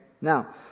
Now